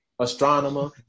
astronomer